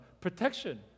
protection